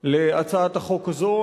להצעת החוק הזאת.